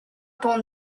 pan